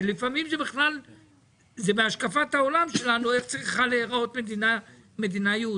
שלפעמים זה בהשקפת העולם שלנו איך צריכה להיראות מדינה יהודית,